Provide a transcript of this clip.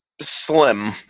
Slim